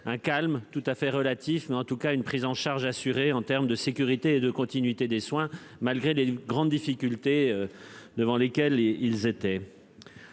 un calme tout à fait relatif mais en tout cas une prise en charge assurée en terme de sécurité et de continuité des soins, malgré les grandes difficultés. Devant lesquelles et ils étaient.